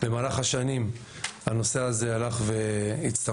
במהלך השנים הנושא הזה הלך והצטמצם,